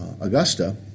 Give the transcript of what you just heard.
Augusta